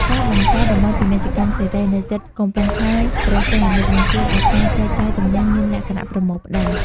ការបង្កើត "តំបន់ពាណិជ្ជកម្មសេរី" នៅជិតកំពង់ផែព្រះសីហនុ នឹងជួយឱ្យការចែកចាយទំនិញមានលក្ខណៈប្រមូលផ្ដុំ។